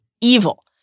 evil